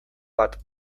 bat